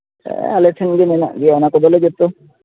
ᱟᱞᱮ ᱴᱷᱮᱱᱜᱮ ᱢᱮᱱᱟᱜ ᱜᱮᱭᱟ ᱚᱱᱟ ᱠᱚᱫᱚᱞᱮ ᱡᱚᱛᱚ